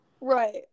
right